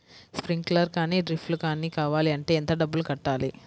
Sprinkler కానీ డ్రిప్లు కాని కావాలి అంటే ఎంత డబ్బులు కట్టాలి?